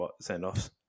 send-offs